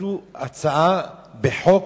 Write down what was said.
ואפילו בחוק,